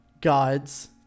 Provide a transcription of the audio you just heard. gods